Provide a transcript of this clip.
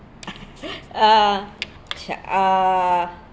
uh ch~ uh